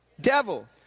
Devil